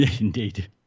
Indeed